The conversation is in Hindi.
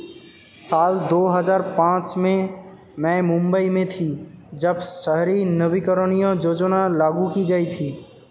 साल दो हज़ार पांच में मैं मुम्बई में थी, जब शहरी नवीकरणीय योजना लागू की गई थी